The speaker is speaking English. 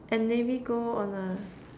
and maybe go on a